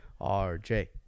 RJ